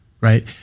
right